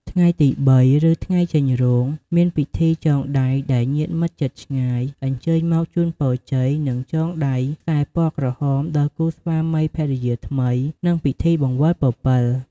ថ្ងៃទី៣ ឬ ថ្ងៃចេញរោង មាន ពិធីចងដៃ ដែលញាតិមិត្តជិតឆ្ងាយអញ្ជើញមកជូនពរជ័យនិងចងដៃខ្សែពណ៌ក្រហមដល់គូស្វាមីភរិយាថ្មី និងពិធីបង្វិលពពិល។